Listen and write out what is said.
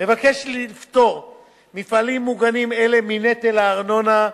מבקשת לפטור מפעלים מוגנים אלה מנטל הארנונה,